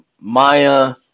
Maya